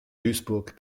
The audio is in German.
duisburg